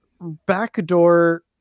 backdoor